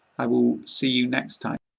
i will see you next time.